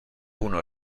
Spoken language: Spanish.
uno